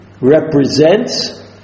represents